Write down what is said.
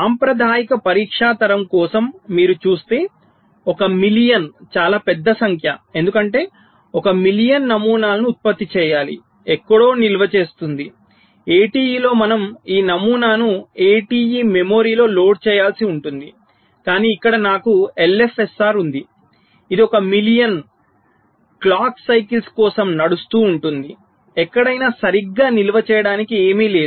సాంప్రదాయిక పరీక్షా తరం కోసం మీరు చూస్తే ఈ 1 మిలియన్ చాలా పెద్ద సంఖ్య ఎందుకంటే 1 మిలియన్ నమూనాలను ఉత్పత్తి చేయాలి ఎక్కడో నిల్వ చేస్తుంది ATE లో మనం ఈ నమూనాను ATE మెమరీలో లోడ్ చేయాల్సి ఉంటుంది కానీ ఇక్కడ నాకు LFSR ఉంది ఇది 1 మిలియన్ గడియార చక్రాల కోసం నడుస్తూ ఉంటుంది ఎక్కడైనా సరిగ్గా నిల్వ చేయడానికి ఏమీ లేదు